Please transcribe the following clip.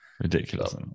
Ridiculous